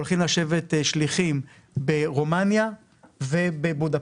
הולכים לשבת שליחים ברומניה ובבודפשט.